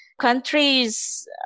countries